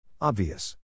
Obvious